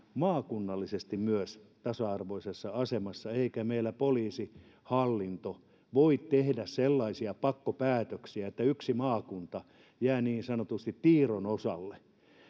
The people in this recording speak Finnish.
maakunnallisesti tasa arvoisessa asemassa eikä meillä poliisihallinto voi tehdä sellaisia pakkopäätöksiä että yksi maakunta jää niin sanotusti tiiron osalle